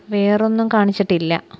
വേറെയൊന്നും കാണിച്ചിട്ടില്ല